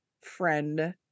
friend